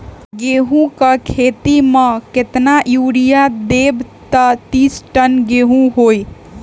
गेंहू क खेती म केतना यूरिया देब त बिस टन गेहूं होई?